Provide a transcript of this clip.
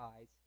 eyes